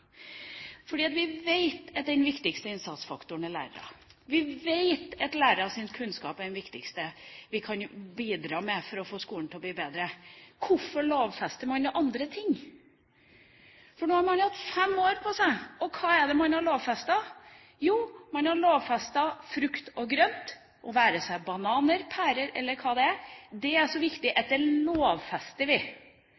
vi vet at den viktigste innsatsfaktoren er lærerne. Vi vet at lærernes kunnskap er det viktigste vi kan bidra med for å få skolen til å bli bedre. Hvorfor lovfester man da andre ting? Nå har man hatt fem år på seg, og hva er det man har lovfestet? Jo, man har lovfestet frukt og grønt – bananer, pærer eller hva det er. Det er så viktig